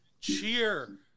cheer